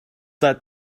that